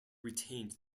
retained